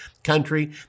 country